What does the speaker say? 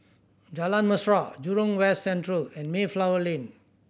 Jalan Mesra Jurong West Central and Mayflower Lane